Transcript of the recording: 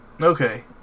Okay